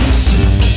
see